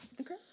Okay